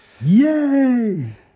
Yay